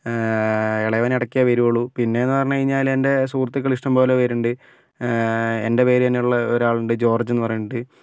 ഇളയവനിടക്കെ വരുള്ളൂ പിന്നെയെന്ന് പറഞ്ഞു കഴിഞ്ഞാൽ എൻ്റെ സുഹൃത്തുക്കൾ ഇഷ്ടംപോലെ പേരുണ്ട് എൻ്റെ പേര് തന്നെയുള്ള ഒരാളുണ്ട് ജോർജെന്ന് പറഞ്ഞിട്ട്